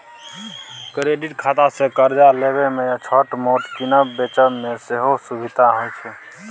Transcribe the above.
credit खातासँ करजा लेबा मे या छोट मोट कीनब बेचब मे सेहो सुभिता होइ छै